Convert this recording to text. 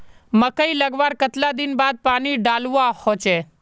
मकई लगवार कतला दिन बाद पानी डालुवा होचे?